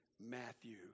Matthew